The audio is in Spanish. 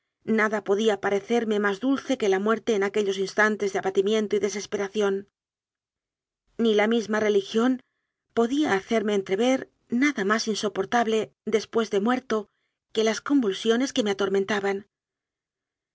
nada podía parecerme más dulce que la muerte en aquellos instantes de abatimiento y desesperación ni la misma religión podía hacer me entrever nada más insoportable después de muerto que las convulsiones que me